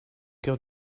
cœur